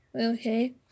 Okay